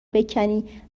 بکنی